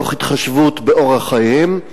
תוך התחשבות באורח חייהם.